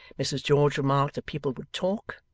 mrs george remarked that people would talk,